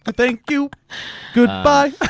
thank you goodbye